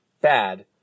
bad